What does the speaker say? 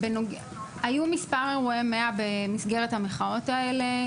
היו מספר אירועי 100 במסגרת המחאות האלה.